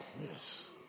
Yes